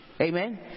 Amen